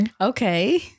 Okay